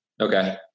Okay